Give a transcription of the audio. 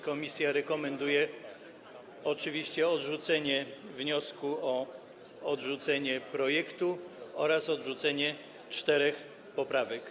Komisja rekomenduje odrzucenie wniosku o odrzucenie projektu oraz odrzucenie czterech poprawek.